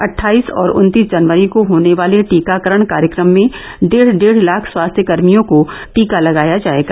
अटठाईस और उन्तीस जनवरी को होने वाले टीकाकरण कार्यक्रम में डेढ़ डेढ़ लाख स्वास्थ्यकर्मियों को टीका लगाया जायेगा